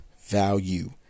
value